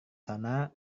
sana